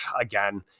again